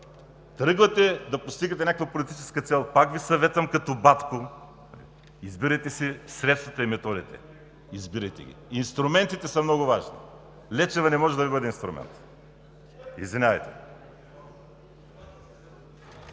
тръгвате да постигате някаква политическа цел, пак Ви съветвам като батко, избирайте си средствата и методите. Избирайте ги! Инструментите са много важни. Лечева не може да Ви бъде инструмент. Извинявайте.